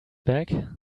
back